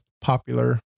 popular